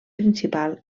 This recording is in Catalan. principal